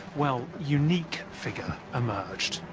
well, unique, figure emerged.